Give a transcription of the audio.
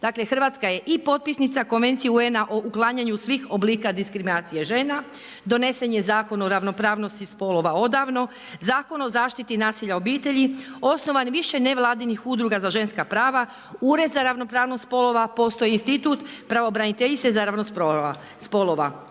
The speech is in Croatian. Dakle, Hrvatska je i potpisnica Konvencije UN-a o uklanjanju svih oblika diskriminacije žena. Donesen je Zakon o ravnopravnosti spolova odavno. Zakon o zaštiti nasilja u obitelji, osnovan više nevladinih udruga za ženska prava, Ured za ravnopravnost spolova, postoji institut pravobraniteljice za ravnopravnost spolova.